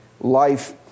life